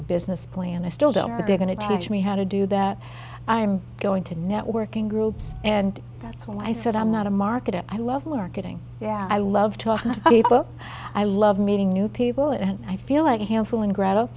a business plan i still don't know what they're going to teach me how to do that i'm going to networking groups and that's when i said i'm not a marketer i love marketing yeah i love talking i love meeting new people and i feel like hansel and gretel